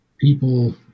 people